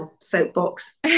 soapbox